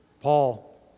Paul